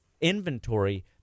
inventory